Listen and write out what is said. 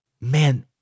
man